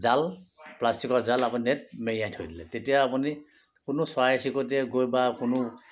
জাল প্লাষ্টিজকৰ জাল আপুনি নেট মেৰিয়াই থৈ দিলে তেতিয়া আপুনি কোনো চৰাই চিৰিকতিয়ে গৈ বা কোনো